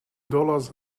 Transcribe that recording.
dollars